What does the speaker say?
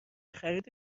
خرید